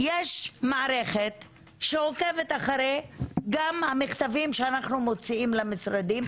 יש מערכת שעוקבת גם אחרי המכתבים שאנחנו מוציאים למשרדים,